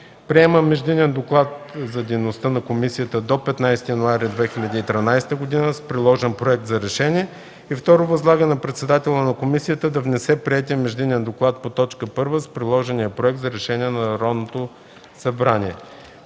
Приема Междинен доклад за дейността на комисията до 15 януари 2013 г. с приложения проект за решение. 2. Възлага на председателя на комисията да внесе приетия Междинен доклад по т. 1 с приложения проект за решение в Народното събрание